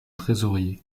trésorier